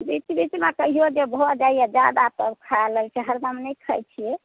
बीच बीच मे कहियौ जे भऽ जाइया जादा तऽ खाय लै छियै हरदम नहि खाइ छियै